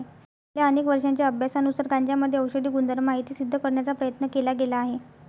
गेल्या अनेक वर्षांच्या अभ्यासानुसार गांजामध्ये औषधी गुणधर्म आहेत हे सिद्ध करण्याचा प्रयत्न केला गेला आहे